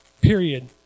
period